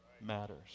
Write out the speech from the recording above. matters